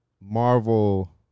marvel